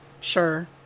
Sure